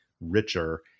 richer